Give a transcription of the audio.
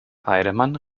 heidemann